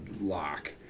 lock